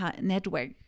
network